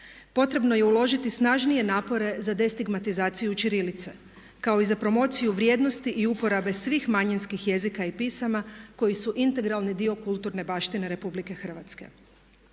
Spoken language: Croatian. Potrebno je uložiti snažnije napore za destigmatizaciju ćirilice kao i za promociju vrijednosti i uporabe svih manjinskih jezika i pisama koji su integralni dio kulturne baštine RH. Iako